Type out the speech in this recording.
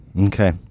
okay